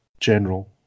general